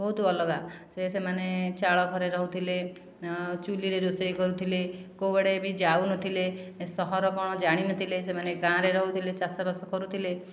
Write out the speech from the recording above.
ବହୁତ ଅଲଗା ସେ ସେମାନେ ଚାଳ ଘରେ ରହୁଥିଲେ ଚୁଲିରେ ରୋଷେଇ କରୁଥିଲେ କେଉଁଆଡ଼େ ବି ଯାଉନଥିଲେ ଏ ସହର କ'ଣ ଜାଣିନଥିଲେ ସେମାନେ ଗାଁରେ ରହୁଥିଲେ ଚାଷ ବାସ କରୁଥିଲେ